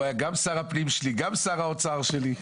היה גם שר הפנים שלי וגם שר האוצר שלי.